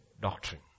doctrine